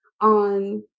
on